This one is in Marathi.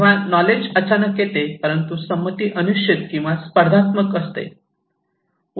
जेव्हा नॉलेज अचानक येते परंतु संमती अनिश्चित किंवा स्पर्धात्मक असते